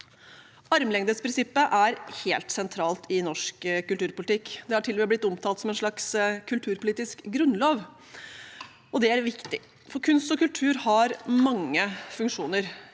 Armlengdesprinsippet er helt sentralt i norsk kulturpolitikk. Det har til og med blitt omtalt som en slags kulturpolitisk grunnlov. Det er viktig, for kunst og kultur har mange funksjoner,